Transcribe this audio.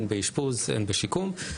הן באשפוז והן בשיקום.